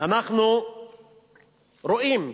אנחנו רואים,